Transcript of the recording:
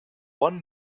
one